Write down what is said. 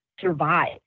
survive